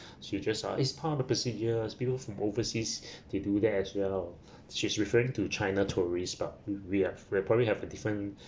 she was just ah it's part of the procedure because from overseas they do that as well she's referring to china tourist but we are we probably have a different